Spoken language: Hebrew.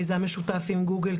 מיזם משותף עם גוגל,